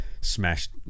smashed